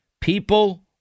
people